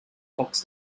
fox